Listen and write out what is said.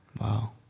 Wow